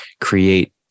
create